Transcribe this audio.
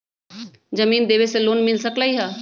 जमीन देवे से लोन मिल सकलइ ह?